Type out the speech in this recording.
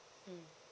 mmhmm